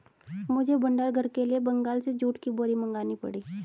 मुझे भंडार घर के लिए बंगाल से जूट की बोरी मंगानी पड़ी